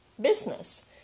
business